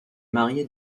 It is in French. mariée